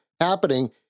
happening